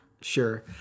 Sure